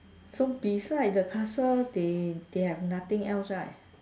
so beside the castle they they have nothing else right